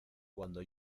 cuando